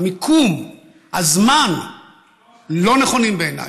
המיקום והזמן לא נכונים בעיניי,